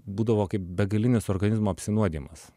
būdavo kaip begalinis organizmo apsinuodijimas